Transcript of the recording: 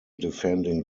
defending